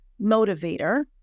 motivator